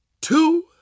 two